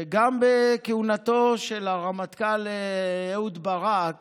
גם בכהונתו של הרמטכ"ל אהוד ברק